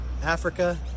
Africa